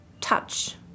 touch